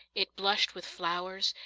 it blushed with flowers,